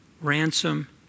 ransom